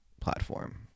platform